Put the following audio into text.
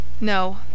No